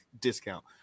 discount